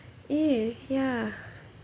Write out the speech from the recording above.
eh ya